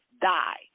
die